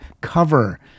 cover